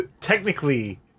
Technically